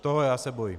Toho já se bojím.